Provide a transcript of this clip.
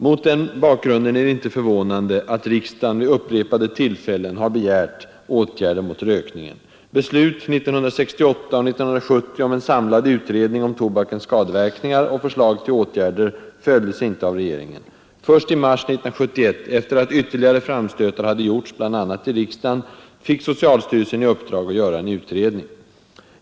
Mot den bakgrunden är det inte fö upprepade tillfällen har begärt åtgärder mot rökningen. Beslut 1968 och 1970 om en samlad utredning om tobakens skadeverkningar och förslag till åtgärder följdes inte av regeringen. Först i mars 1971 — efter att ytterligare framstötar hade gjorts bl.a. i riksdagen — fick socialstyrelsen i uppdrag att göra en utredning.